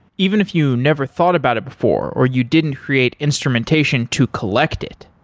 even if you never thought about it before or you didn't create instrumentation to collect it,